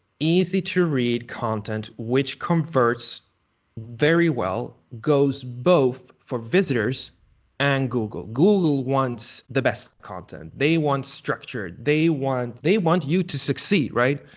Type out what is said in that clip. easy to read content, which converts very well, goes both for visitors and google. google wants the best content. they want structure, they want they want you to succeed, right.